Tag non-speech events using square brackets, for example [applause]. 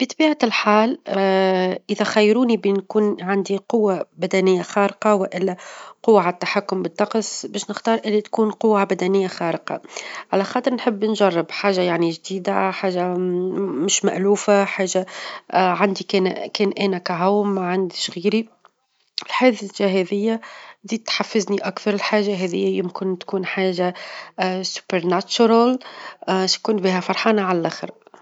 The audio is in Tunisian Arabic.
بطبيعة الحال [hesitation] إذا خيروني بين يكون عندي قوة بدنية خارقة، والا قوة على التحكم بالطقس، باش نختار اللي تكون قوة بدنية خارقة، على خاطر نحب نجرب حاجة يعني جديدة حاجة [hesitation] مش مألوفة حاجة [hesitation] عندي -كان- [hesitation] كأنا ومعنديش غيري ، الحاجة هذي بتحفزني أكتر، الحاجة هذي يمكن تكون حاجة خيالية شكون بيها فرحانة على اللخر.